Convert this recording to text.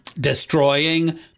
destroying